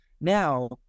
Now